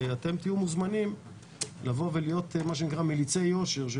אתם תהיו מוזמנים לבוא ולהיות מליצי יושר של